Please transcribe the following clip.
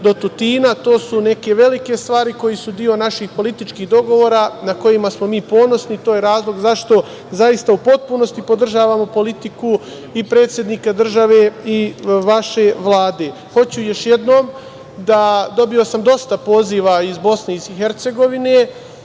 do Tutina. To su neke velike stvari koje su deo naših političkih dogovora na koji smo mi ponosni. To je razlog zašto zaista u potpunosti podržavamo politiku i predsednika države i vaše Vlade. Dobio sam dosta poziva iz Bih od pripadnika